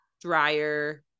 dryer